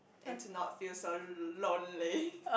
and to not feel so l~ lonely